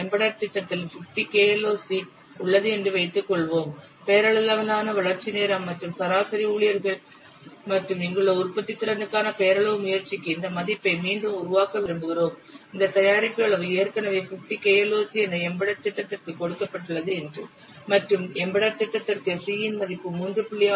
embedded திட்டத்தில் 50 KLOC உள்ளது என்று வைத்துக்கொள்வோம் பெயரளவிலான வளர்ச்சி நேரம் மற்றும் சராசரி ஊழியர்கள் மற்றும் இங்குள்ள உற்பத்தித்திறனுக்கான பெயரளவு முயற்சிக்கு இந்த மதிப்பை மீண்டும் உருவாக்க விரும்புகிறோம் இந்த தயாரிப்பு அளவு ஏற்கனவே 50 KLOC என எம்பெடெட் திட்டத்திற்கு கொடுக்கப்பட்டுள்ளது மற்றும் எம்பெடெட் திட்டத்திற்கு c இன் மதிப்பு 3